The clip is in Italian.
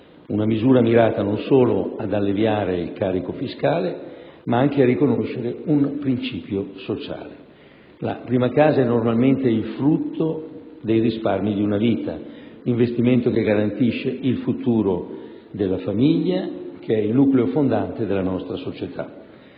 una misura mirata non solo ad alleviare il carico fiscale, ma anche a riconoscere un principio sociale: la prima casa è normalmente il frutto dei risparmi di una vita, l'investimento che garantisce il futuro della famiglia, che è il nucleo fondante della nostra società.